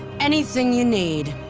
anything you need.